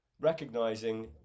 recognizing